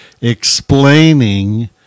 explaining